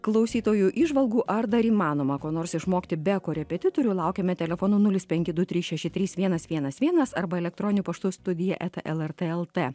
klausytojų įžvalgų ar dar įmanoma ko nors išmokti be korepetitorių laukiame telefonu nulis penki du trys šeši trys vienas vienas vienas arba elektroniniu paštu studija eta lrt lt